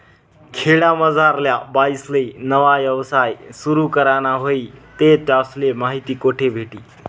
खेडामझारल्या बाईसले नवा यवसाय सुरु कराना व्हयी ते त्यासले माहिती कोठे भेटी?